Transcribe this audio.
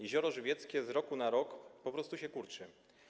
Jezioro Żywieckie z roku na rok po prostu się kurczy.